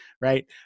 Right